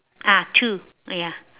ah two ya